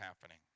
happening